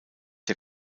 der